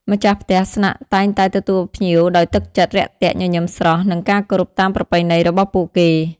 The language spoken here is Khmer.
ម្ចាស់ផ្ទះស្នាក់តែងតែទទួលភ្ញៀវដោយទឹកចិត្ត រាក់ទាក់ ញញឹមស្រស់ និងការគោរពតាមប្រពៃណីរបស់ពួកគេ។